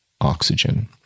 oxygen